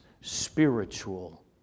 spiritual